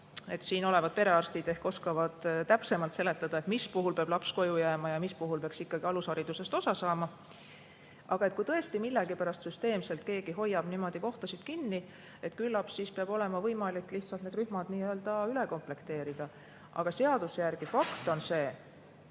Siin olevad perearstid ehk oskavad täpsemalt seletada, mis puhul peab laps koju jääma ja mis puhul peaks ikkagi alusharidusest osa saama. Aga kui tõesti millegipärast süsteemselt keegi hoiab niimoodi kohtasid kinni, siis küllap peab olema võimalik lihtsalt need rühmad nii-öelda üle komplekteerida. Seaduse järgi tuleb